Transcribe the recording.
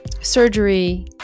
surgery